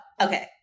okay